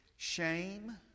Shame